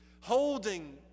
holding